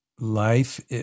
Life